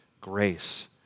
grace